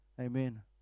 amen